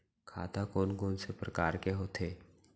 खाता कोन कोन से परकार के होथे?